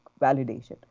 validation